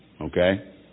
Okay